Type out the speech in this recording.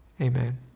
Amen